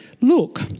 Look